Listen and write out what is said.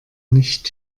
nicht